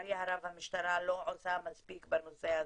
ולצערי הרב המשטרה לא עושה מספיק בנושא הזה.